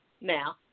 now